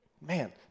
Man